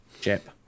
chip